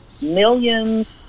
millions